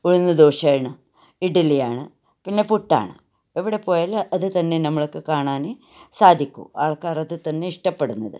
ഉഴുന്ന് ദോശയാണ് ഇഡ്ഡലിയാണ് പിന്നെ പുട്ടാണ് എവിടെ പോയാലും അതുതന്നെ നമ്മൾക്ക് കാണാൻ സാധിക്കും ആൾക്കാർ അതുതന്നെയാണ് ഇഷ്ടപ്പെടുന്നത്